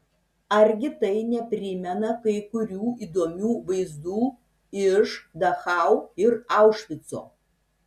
argi tai neprimena kai kurių įdomių vaizdų iš dachau ir aušvico